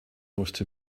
most